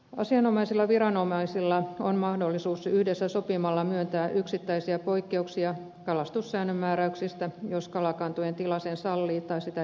asianomaisilla viranomaisilla on mahdollisuus yhdessä sopimalla myöntää yksittäisiä poikkeuksia kalastussäännön määräyksistä jos kalakantojen tila sen sallii tai sitä edellyttää